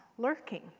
lurking